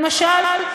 למשל,